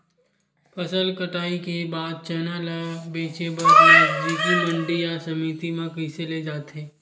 फसल कटाई के बाद चना ला बेचे बर नजदीकी मंडी या समिति मा कइसे ले जाथे?